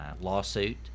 lawsuit